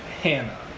Hannah